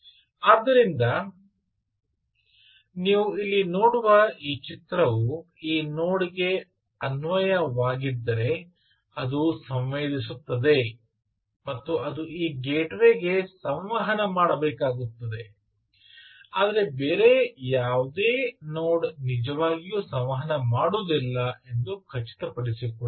ಆದ್ದರಿಂದ ನೀವು ಇಲ್ಲಿ ನೋಡುವ ಈ ಚಿತ್ರವು ಈ ನೋಡ್ಗೆ ಅನ್ವಯವಾಗಿದ್ದರೆ ಅದು ಸಂವೇದಿಸುತ್ತದೆ ಮತ್ತು ಅದು ಈ ಗೇಟ್ವೇಗೆ ಸಂವಹನ ಮಾಡಬೇಕಾಗುತ್ತದೆ ಆದರೆ ಬೇರೆ ಯಾವುದೇ ನೋಡ್ ನಿಜವಾಗಿ ಸಂವಹನ ಮಾಡುವುದಿಲ್ಲ ಎಂದು ಖಚಿತಪಡಿಸಿಕೊಳ್ಳಬೇಕು